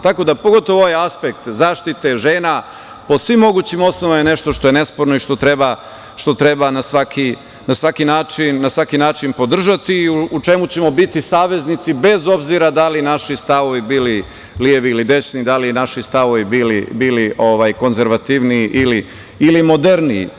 Tako da, pogotovo ovaj aspekt zaštite žena po svim mogućim osnovama je nešto što je nesporno i što treba na svaki način podržati, u čemu ćemo biti saveznici bez obzira da li naši stavovi bili levi ili desni, da li naši stavovi bili konzervativniji ili moderniji.